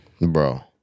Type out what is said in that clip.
Bro